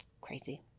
crazy